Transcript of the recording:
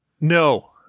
No